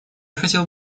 хотел